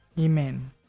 Amen